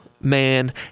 man